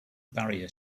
barrier